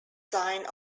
signed